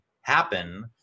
happen